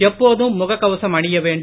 எப்போதும் முகக் கவசம் அணிய வேண்டும்